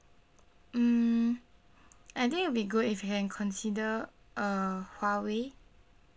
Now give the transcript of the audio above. um I think it'll be good if you can consider uh huawei